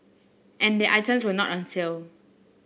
and the items were not on sale